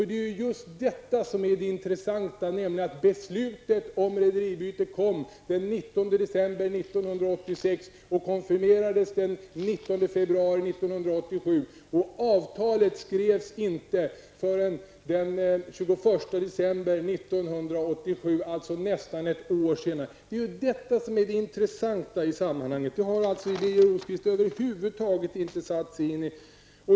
Det är ju just detta som är det intressanta, nämligen att beslutet om rederibyte kom den 19 december 1986 och konfirmerades den 19 februari 1987. Avtalet skrevs inte förrän den 21 december 1987, alltså nästan ett år senare. Det är ju detta som är det anmärkningsvärda i sammanhanget! Och det har Birger Rosqvist över huvud taget inte satt sig in i.